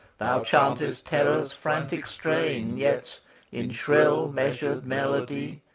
thou chantest terror's frantic strain, yet in shrill measured melody.